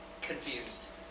confused